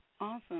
Awesome